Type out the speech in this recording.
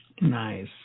Nice